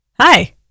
hi